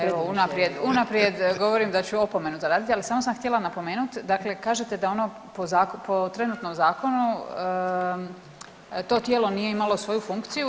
Evo, unaprijed, unaprijed govorim ću opomenu zaraditi ali samo sam htjela napomenuti, dakle kažete da ono po trenutnom zakonu to tijelo nije imalo svoju funkciju.